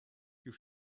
you